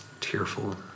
tearful